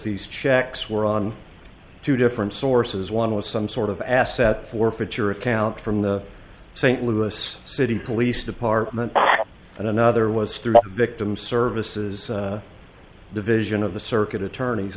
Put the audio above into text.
these checks were on two different sources one was some sort of asset forfeiture account from the st louis city police department back and another was through the victim services division of the circuit attorney's